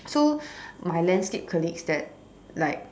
so my landscape colleagues that like